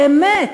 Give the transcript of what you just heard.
באמת,